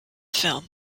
film